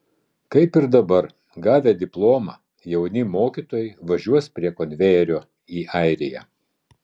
kaip ir dabar gavę diplomą jauni mokytojai važiuos prie konvejerio į airiją